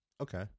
Okay